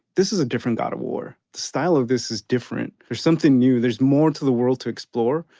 this is a different god of war. the style of this is different. there's something new. there's more to the world to explore.